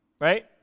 right